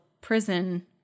prison